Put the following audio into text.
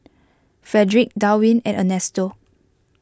Fredric Darwyn and Ernesto